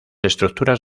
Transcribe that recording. estructuras